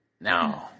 No